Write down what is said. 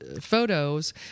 photos